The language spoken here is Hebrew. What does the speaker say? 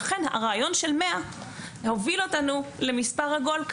לכן הרעיון של 100 הוביל אותנו למספר עגול.